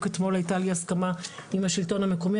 אתמול היתה לי הסכמה עם השלטון המקומי,